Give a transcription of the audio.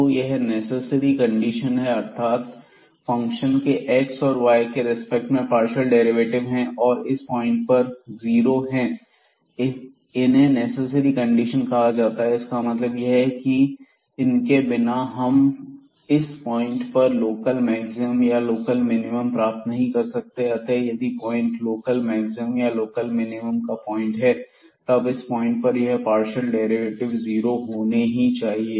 तो यह necessary condition है अर्थात फंक्शन के x और y के रेस्पेक्ट में पार्शियल डेरिवेटिव हैं और इस पॉइंट पर जीरो हैं इन्हें नेसेसरी कंडीशन कहा जाता है इसका मतलब यह है की इनके बिना हम इस पॉइंट पर लोकल मैक्सिमम या लोकल मिनिमम प्राप्त नहीं कर सकते अतः यदि पॉइंट लोकल मैक्सिमम या लोकल मिनिमम का पॉइंट है तब इस पॉइंट पर यह पार्शियल डेरिवेटिव जीरो होने ही चाहिए